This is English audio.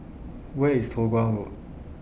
Where IS Toh Guan Road